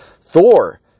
Thor